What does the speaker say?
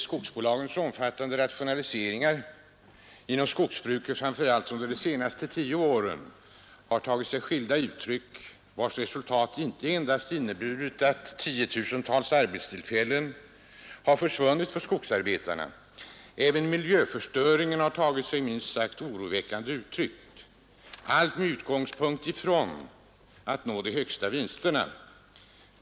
Skogsbolagens omfattande rationaliseringar inom skogsbruket, iramför allt under de senaste tio åren, har tagit sig skilda uttryck, vilkas resultat inte endast inneburit att arbetstillfällen för tiotusentals skogsarbetare försvunnit. Även miljöförstöringen har tagit sig minst sagt oroväckande uttryck. Allt detta har skett med utgångspunkt i att bolagen skall nå de högsta vinsterna.